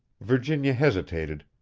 virginia hesitated,